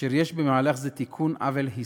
ויש במהלך זה תיקון של עוול היסטורי.